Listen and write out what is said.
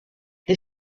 les